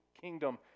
kingdom